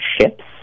ships